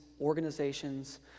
organizations